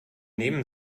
nehmen